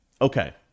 Okay